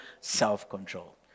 self-control